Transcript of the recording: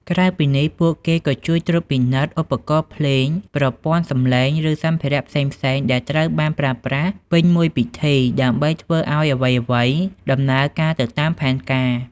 ក្រៅពីនេះ ពួកគេក៏ជួយត្រួតពិនិត្យ ឧបករណ៍ភ្លេង ប្រព័ន្ធសំឡេង ឬ សម្ភារៈផ្សេងៗ ដែលត្រូវបានប្រើប្រាស់ពេញមួយពិធី ដើម្បីឱ្យអ្វីៗដំណើរការទៅតាមផែនការ។